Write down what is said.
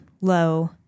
low